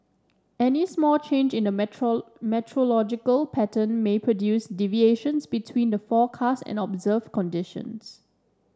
any small change in the meteor meteorological pattern may produce deviations between the forecast and observed conditions